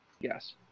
Yes